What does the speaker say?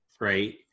right